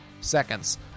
seconds